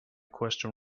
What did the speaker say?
question